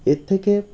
এর থেকে